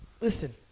Listen